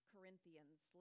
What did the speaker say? Corinthians